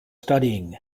studying